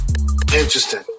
interesting